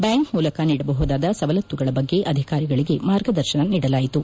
bank ಮೂಲಕ ನೀಡಬಹುದಾದ ಸವಲತ್ತುಗಳ ಬಗ್ಗೆ ಅಧಿಕಾರಿಗಳಿಗೆ ಮಾರ್ಗದರ್ಶನ ನೀಡಲಾಯಿತು